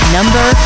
Number